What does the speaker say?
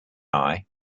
eye